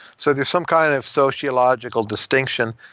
so there's some kind of sociological distinction.